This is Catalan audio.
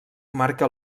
marca